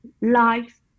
life